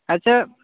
ᱟᱪᱪᱷᱟ